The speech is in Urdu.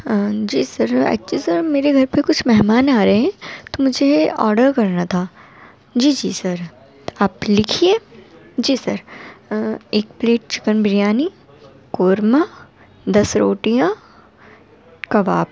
ہاں جی سر ایکچولی سر میرے گھر پر کچھ مہمان آرہے ہیں تو مجھے آرڈر کرنا تھا جی جی سر آپ لکھیے جی سر ایک پلیٹ چکن بریانی قورمہ دس روٹیاں کباب